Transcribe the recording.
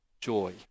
joy